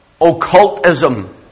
occultism